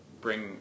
bring